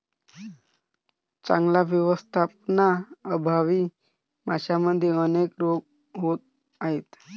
चांगल्या व्यवस्थापनाअभावी माशांमध्ये अनेक रोग होत आहेत